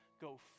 go